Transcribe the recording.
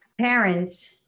parents